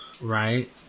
Right